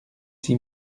six